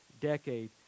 decade